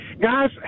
Guys